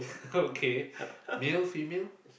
okay male female